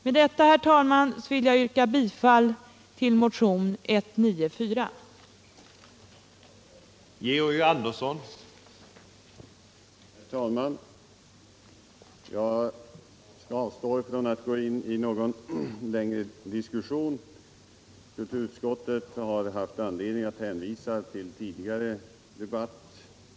Med detta, herr talman, vill jag yrka bifall till motion 194.